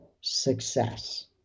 success